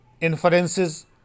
Inferences